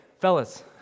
fellas